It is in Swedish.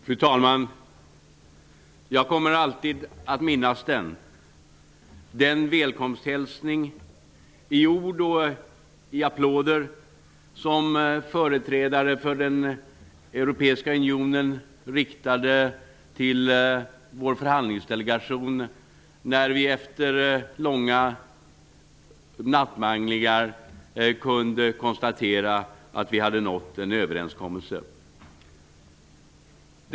Fru talman! Jag kommer alltid att minnas den välkomsthälsning i ord och applåder som företrädare för den europeiska unionen riktade till vår förhandlingsdelegation när vi efter långa nattmanglingar kunde konstatera att vi nått en överenskommelse.